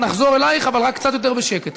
נחזור אלייך, אבל רק קצת יותר בשקט.